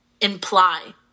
imply